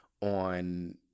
on